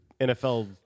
NFL